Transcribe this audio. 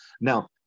Now